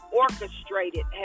orchestrated